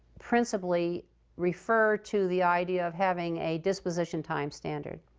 principally refer to the idea of having a disposition time standard.